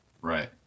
Right